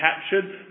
captured